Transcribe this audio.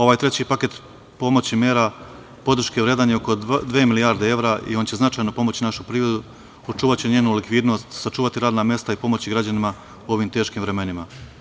Ovaj treći paket pomoći mera podrške vredan je oko dve milijarde evra i on će značajno pomoći našu privredu, očuvati njenu likvidnost, sačuvati radna mesta i pomoći građanima u ovim teškim vremenima.